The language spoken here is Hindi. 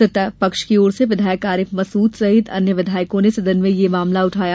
सत्तापक्ष की ओर से विधायक आरिफ मसूद सहित अन्य विधायको ने सदन में यह मामला उठाया